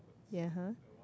ya (huh)